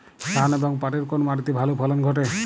ধান এবং পাটের কোন মাটি তে ভালো ফলন ঘটে?